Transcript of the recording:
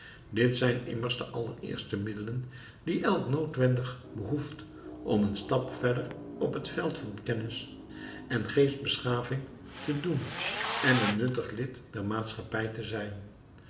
dit zijn immers de allereerste middelen die elk noodwendig behoeft om een stap verder op het veld van kennis en geestbeschaving te doen en een nuttig lid der maatschappij te zijn